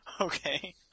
Okay